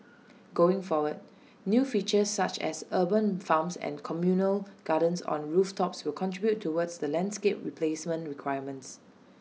going forward new features such as urban farms and communal gardens on rooftops will contribute towards the landscape replacement requirements